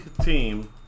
team